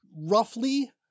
roughly